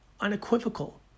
unequivocal